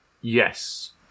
Yes